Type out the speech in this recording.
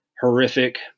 horrific